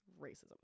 racism